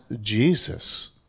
Jesus